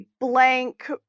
blank